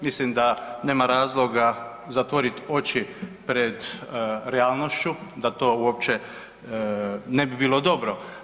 Mislim da nema razloga zatvoriti oči pred realnošću da to uopće ne bi bilo dobro.